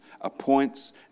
appoints